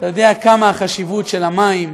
החשיבות של המים,